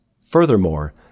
Furthermore